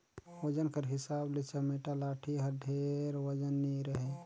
ओजन कर हिसाब ले चमेटा लाठी हर ढेर ओजन नी रहें